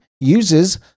uses